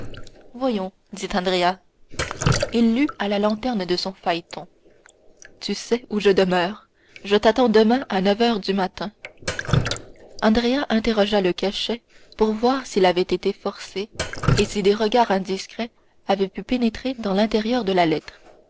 voyons dit andrea il lut à la lanterne de son phaéton tu sais où je demeure je t'attends demain à neuf heures du matin andrea interrogea le cachet pour voir s'il avait été forcé et si des regards indiscrets avaient pu pénétrer dans l'intérieur de la lettre